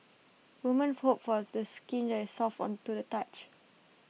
women for hope for skin that soft on to the touch